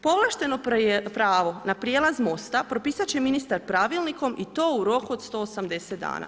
Povlašteno pravo na prijelaz mosta propisat će ministar pravilnikom i to u roku od 180 dana.